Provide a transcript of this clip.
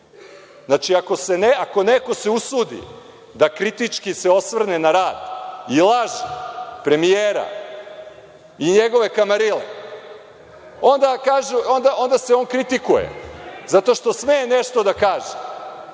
Znači, ako se neko usudi da kritički se osvrne na rad i laž premijera i njegove kamarile, onda se on kritikuje zato što sme nešto da kaže.